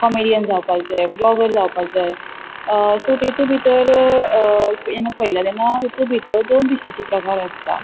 comedian जावपा जाय blogger जावपाक जाय सो तितूंत भितर पयता तेन्ना तितूंत भितर दोन बशेचे प्रकार आसता